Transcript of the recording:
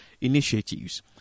initiatives